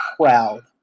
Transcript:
proud